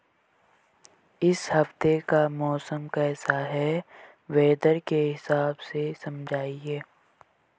इस हफ्ते का मौसम कैसा है वेदर के हिसाब से समझाइए?